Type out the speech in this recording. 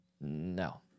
No